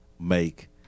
make